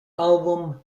album